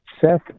Seth